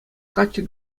каччӑ